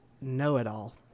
know-it-all